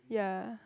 yeah